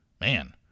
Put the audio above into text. Man